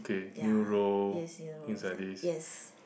ya Ye-Xian rose eh yes